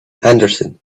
anderson